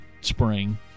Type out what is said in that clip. spring